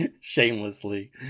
Shamelessly